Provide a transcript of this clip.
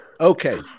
okay